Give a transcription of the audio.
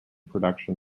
production